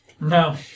No